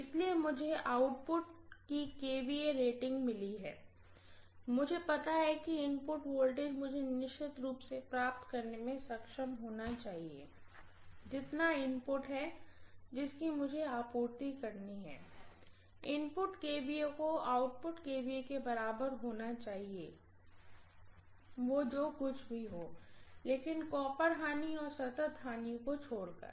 इसलिए मुझे आउटपुट क kVA रेटिंग मिली है मुझे पता है कि इनपुट वोल्टेज मुझे निश्चित रूप से प्राप्त करने में सक्षम होना चाहिए कि जितना इनपुट है जिसकी मुझे आपूर्ति करनी है इनपुट kVA को आउटपुट kVA के बराबर होना चाहिए जो कुछ भी हो केवल कॉपर लॉस और सतत लॉस को छोड़कर